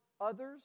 others